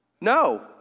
No